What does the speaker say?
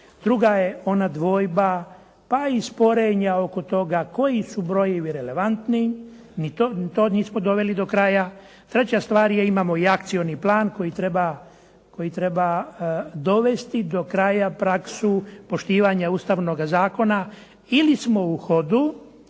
druga je ona dvojba, pa i sporenja oko toga koji su brojevi relevantni, ni to nismo doveli do kraja. Treća stvar je imamo i akcioni plan koji treba dovesti do kraja praksu poštivanja Ustavnoga zakona ili smo u hodu